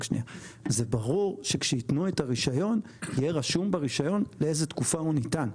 זה ברור שכשייתנו את הרישיון יהיה רשום ברישיון לאיזה תקופה הוא ניתן,